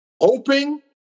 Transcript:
hoping